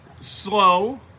Slow